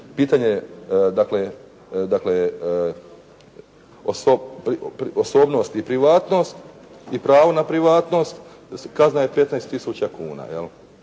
dakle osobnost i privatnost i pravo na privatnost. Kazna je 15 tisuća kuna.